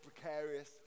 precarious